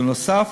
ובנוסף,